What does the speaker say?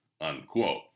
unquote